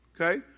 Okay